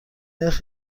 نرخ